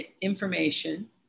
information